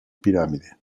pirámide